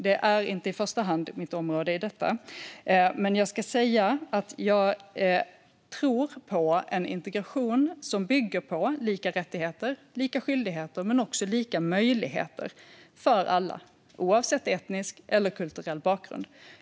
Det är inte i första hand mitt område, men jag ska säga att jag tror på en integration som bygger på lika rättigheter och lika skyldigheter men också lika möjligheter för alla, oavsett etnisk eller kulturell bakgrund.